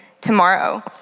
tomorrow